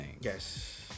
Yes